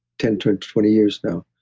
ten, twenty twenty years now,